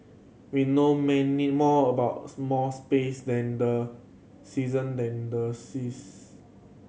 we know may more about more space than the season and the seas